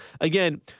again